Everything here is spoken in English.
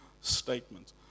statement